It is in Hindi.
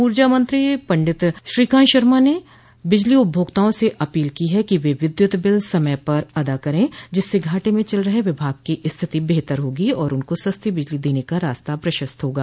ऊर्जा मंत्री पंडित श्रीकांत शर्मा ने बिजली उपभोक्ताओं से अपील की है कि वे विद्युत बिल समय पर अदा करे जिससे घाटे में चल रहे विभाग की स्थिति बेहतर होगी और उनको सस्ती बिजली देने का रास्ता प्रशस्त होगा